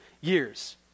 years